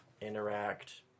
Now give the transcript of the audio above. Interact